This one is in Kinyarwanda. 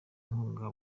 inkunga